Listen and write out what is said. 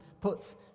puts